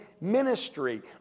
ministry